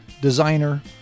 designer